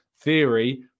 theory